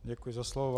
Děkuji za slovo.